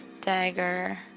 dagger